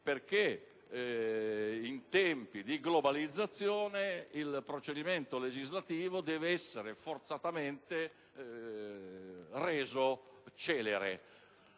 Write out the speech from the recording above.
Perché in tempi di globalizzazione il procedimento legislativo deve essere forzatamente reso celere.